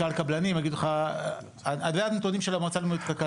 אלה הנתונים של המועצה הלאומית לכלכלה.